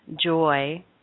joy